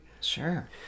Sure